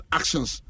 actions